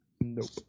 Nope